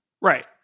right